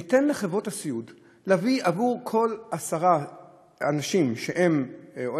ניתן לחברות הסיעוד להביא עבור כל עשרה אנשים שהם סיעודיים,